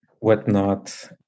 whatnot